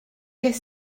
qu’est